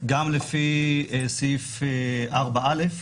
גם לפי סעיף 4א,